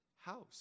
house